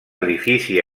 edifici